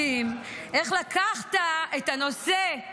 המשפטים, איך לקחת את הנושא,